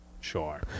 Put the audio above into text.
Sure